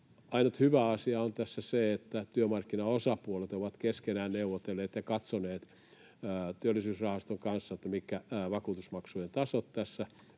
Ainut hyvä asia on tässä se, että työmarkkinaosapuolet ovat keskenään neuvotelleet ja katsoneet Työllisyysrahaston kanssa, mitkä vakuutusmaksujen tasot tässä